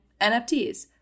NFTs